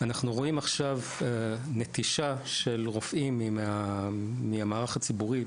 אנחנו רואים עכשיו נטישה של רופאים מהמערך הציבורי,